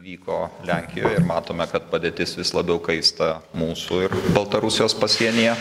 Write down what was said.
vyko lenkijoj ir matome kad padėtis vis labiau kaista mūsų ir baltarusijos pasienyje